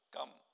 Come